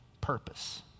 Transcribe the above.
purpose